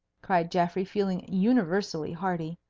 cried geoffrey, feeling universally hearty.